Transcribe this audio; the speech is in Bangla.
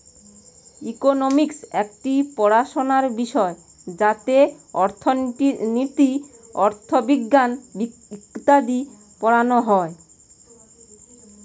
ইকোনমিক্স একটি পড়াশোনার বিষয় যাতে অর্থনীতি, অথবিজ্ঞান ইত্যাদি পড়ানো হয়